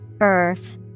Earth